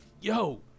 yo